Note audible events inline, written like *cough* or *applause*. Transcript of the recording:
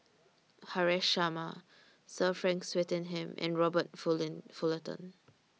Haresh Sharma Sir Frank Swettenham and Robert *unintelligible* Fullerton